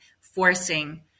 forcing